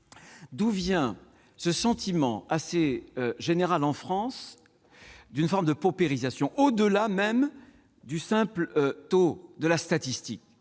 D'où vient le sentiment, assez général en France, d'une forme de paupérisation, au-delà de cette statistique ?